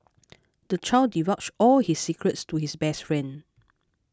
the child divulged all his secrets to his best friend